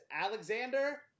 Alexander